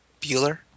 Bueller